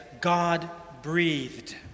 God-breathed